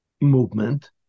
movement